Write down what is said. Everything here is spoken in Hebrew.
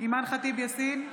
אימאן ח'טיב יאסין,